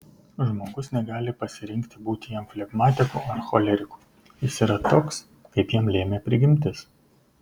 žmogus negali pasirinkti būti jam flegmatiku ar choleriku jis yra toks kaip jam lėmė prigimtis